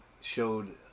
showed